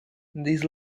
these